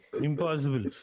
impossible